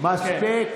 מספיק.